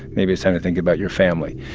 maybe it's time to think about your family.